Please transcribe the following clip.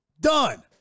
Done